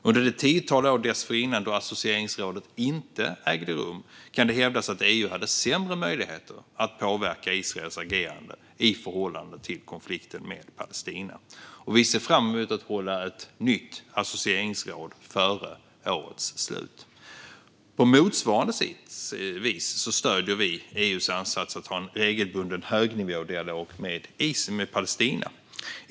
Under det tiotal år dessförinnan då associeringsrådet inte ägde rum kan det hävdas att EU hade sämre möjligheter att påverka Israels agerande i förhållande till konflikten med Palestina. Vi ser fram emot att hålla ett nytt associeringsråd före årets slut. På motsvarande vis stöder vi EU:s ansats att ha en regelbunden högnivådialog med Palestina.